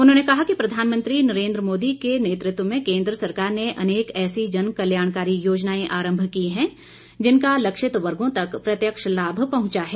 उन्होंने कहा कि प्रधानमंत्री नरेन्द्र मोदी के नेतृत्व में केन्द्र सरकार ने अनेक ऐसी जन कल्याणकारी योजनाएं आरंभ की है जिनका लक्षित वर्गों तक प्रत्यक्ष लाभ पहुंचा है